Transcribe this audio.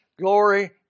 glory